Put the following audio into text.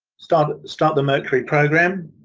start start the mercury program